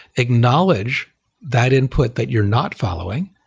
acknowledge that input that you're not following.